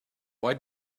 why